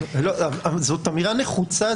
זאת אמירה נחוצה.